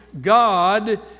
God